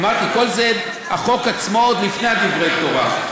אמרתי, החוק עצמו עוד לפני דברי תורה.